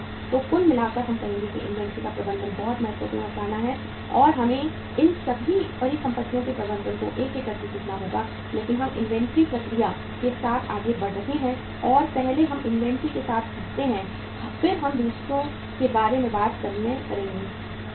तो कुल मिलाकर हम कहेंगे कि इन्वेंट्री का प्रबंधन बहुत महत्वपूर्ण अवधारणा है और हमें इन सभी परिसंपत्तियों के प्रबंधन को एक एक करके सीखना होगा लेकिन हम इन्वेंट्री प्रक्रिया के साथ आगे बढ़ रहे हैं और पहले हम इन्वेंट्री के साथ सीखते हैं फिर हम दूसरे के बारे में बात करेंगे संपत्ति